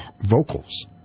vocals